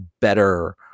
better